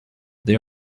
they